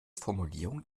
formulierung